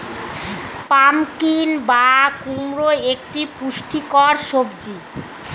pumpkin বা কুমড়ো একটি পুষ্টিকর সবজি